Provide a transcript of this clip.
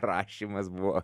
prašymas buvo